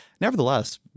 nevertheless